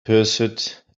pursuit